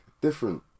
different